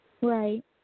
Right